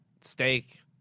steak